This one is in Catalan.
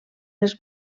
les